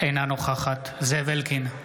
אינה נוכחת זאב אלקין,